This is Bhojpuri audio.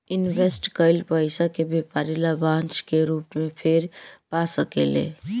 इनवेस्ट कईल पइसा के व्यापारी लाभांश के रूप में फेर पा सकेले